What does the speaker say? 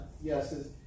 yes